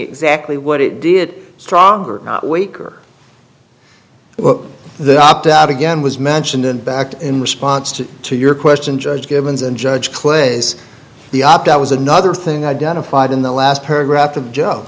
exactly what it did stronger not weaker the opt out again was mentioned and backed in response to your question judge givens and judge clay as the op that was another thing identified in the last paragraph to joe